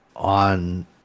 on